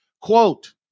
Quote